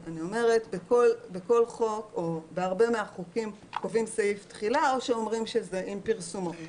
בהרבה מהחוקים קובעים סעיף תחילה או שאומרים שהתחולה היא עם פרסומו.